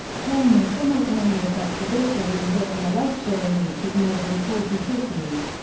playing a simultaneous exhibition, and giving a lecture in each of more than forty cities.